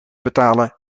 betalen